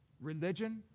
religion